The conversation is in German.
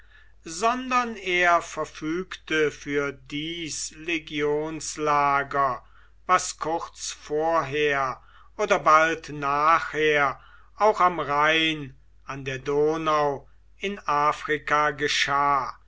sondern er verfügte für dies legionslager was kurz vorher oder bald nachher auch am rhein an der donau in afrika geschah